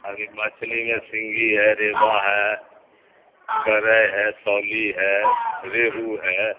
ابھی مچھلی میں سنھگی ہے ریوا ہے گرے ہے سولی ہے ریہو ہے